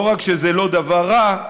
לא רק שזה לא דבר רע,